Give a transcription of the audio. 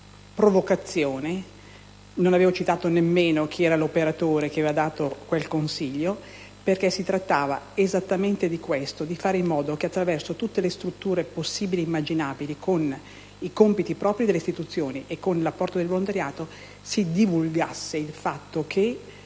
una provocazione: non avevo citato nemmeno chi era l'operatore che aveva dato quel consiglio, perché si trattava esattamente di fare in modo che, attraverso tutte le strutture possibili e immaginabili, con i compiti propri delle istituzioni e con l'apporto del volontariato, si divulgasse la notizia che